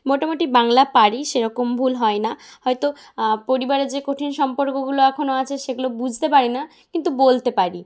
মোটামুটি বাংলা পারি সেরকম ভুল হয় না হয়তো পরিবারে যে কঠিন সম্পর্কগুলো এখনও আছে সেগুলো বুঝতে পারি না কিন্তু বলতে পারি